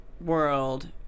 world